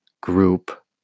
group